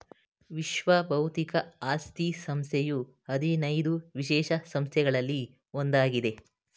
ವಿಶ್ವ ಬೌದ್ಧಿಕ ಆಸ್ತಿ ಸಂಸ್ಥೆಯು ಹದಿನೈದು ವಿಶೇಷ ಸಂಸ್ಥೆಗಳಲ್ಲಿ ಒಂದಾಗಿದೆ